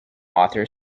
author